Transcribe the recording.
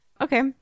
Okay